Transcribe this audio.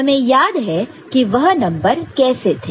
हमें याद है कि वह नंबर कैसे थे